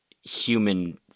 human